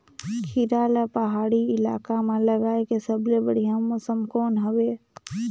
खीरा ला पहाड़ी इलाका मां लगाय के सबले बढ़िया मौसम कोन हवे?